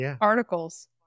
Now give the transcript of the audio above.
articles